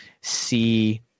see